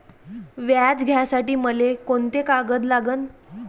व्याज घ्यासाठी मले कोंते कागद लागन?